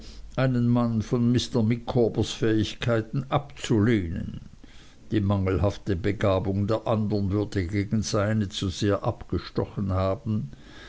einen mann von mr micawbers fähigkeiten abzulehnen die mangelhafte begabung der andern würde gegen seine zu sehr abgestochen haben